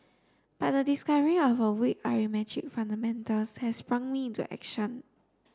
but the discovery of her weak arithmetic fundamentals has sprung me into action